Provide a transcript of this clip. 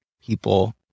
people